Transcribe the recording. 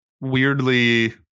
weirdly